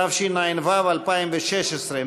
התשע"ו 2016,